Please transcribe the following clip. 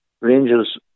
Rangers